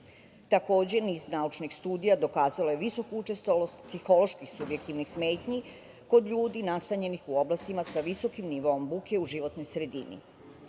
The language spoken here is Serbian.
dece. Takođe, niz naučnih studija dokazala je visoku učestalost psiholoških subjektivnih smetnji kod ljudi nastanjenih u oblastima sa visokim nivoom buke u životnoj srediti.